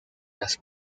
las